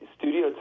studio